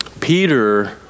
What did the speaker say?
Peter